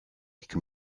can